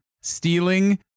stealing